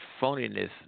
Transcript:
phoniness